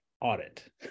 audit